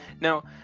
Now